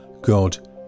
God